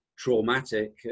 traumatic